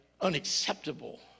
unacceptable